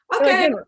okay